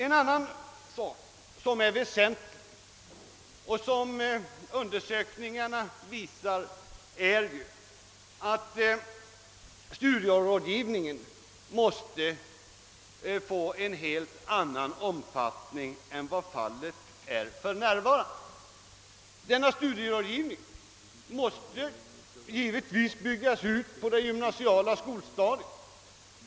En annan väsentlig sak som framgår av undersökningarna är att studierådgivningen måste ges en helt annan omfattning än vad som för närvarande är fallet. Studierådgivningen måste givetvis byggas ut på det gymnasiala skolstadiet.